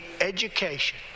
education